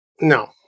No